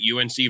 UNC